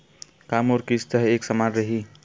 का मोर किस्त ह एक समान रही?